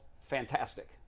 fantastic